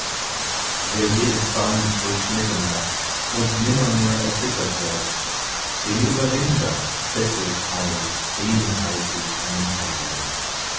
wer jedes band durchschnitten hat und nimmermehr erschüttert wird den überwinder fesselfrei den heiß ich einen heiligen